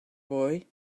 boy